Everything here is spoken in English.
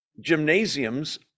gymnasiums